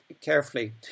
carefully